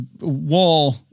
wall